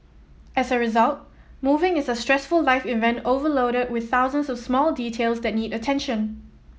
as a result moving is a stressful life event overloaded with thousands of small details that need attention